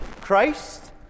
Christ